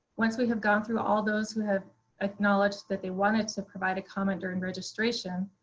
once we have gone through all those who have acknowledged that they wanted to provide a common during registration,